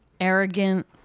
arrogant